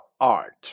art